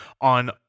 on